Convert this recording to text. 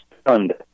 stunned